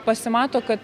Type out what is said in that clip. pasimato kad